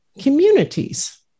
communities